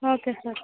okay sir